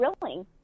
drilling